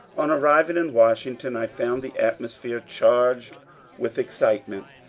on arriving in washington i found the atmosphere charged with excitement.